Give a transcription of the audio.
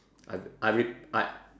I I re~ I